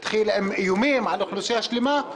התחיל עם איומים על אוכלוסייה שלמה,